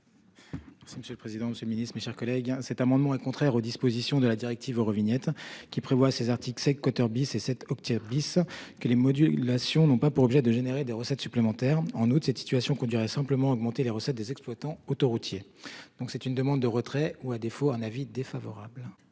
Si monsieur le président, Monsieur le Ministre, mes chers collègues. Cet amendement est contraire aux dispositions de la directive Eurovignette qui prévoit ces articles c'est coauteur bis et 7 obtient 10 que les modulations, non pas pour objet de générer des recettes supplémentaires en août cette situation conduirait simplement augmenter les recettes des exploitants autoroutiers. Donc c'est une demande de retrait ou à défaut un avis défavorable.